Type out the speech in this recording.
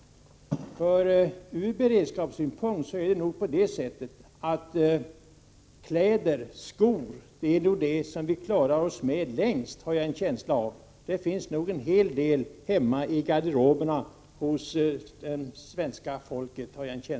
Just när det gäller kläder och skor har jag en känsla av att beredskapen är bäst. Det finns en hel del hemma i garderoberna hos svenska folket.